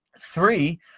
Three